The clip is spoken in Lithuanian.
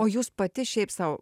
o jūs pati šiaip sau